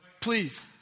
Please